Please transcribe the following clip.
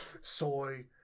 Soy